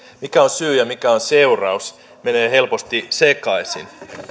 mikä on syy ja mikä on seuraus menee helposti sekaisin